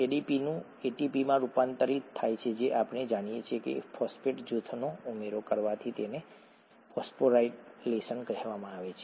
એડીપીનું એટીપીમાં રૂપાંતર થાય છે જે આપણે જાણીએ છીએ કે ફોસ્ફેટ જૂથનો ઉમેરો કરવાથી તેને ફોસ્ફોરાયલેશન કહેવામાં આવે છે